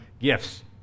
gifts